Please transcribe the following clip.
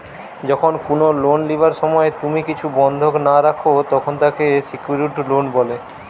যখন কুনো লোন লিবার সময় তুমি কিছু বন্ধক না রাখো, তখন তাকে সেক্যুরড লোন বলে